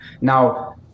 Now